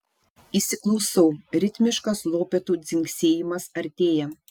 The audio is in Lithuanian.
įsiklausau ritmiškas lopetų dzingsėjimas artėja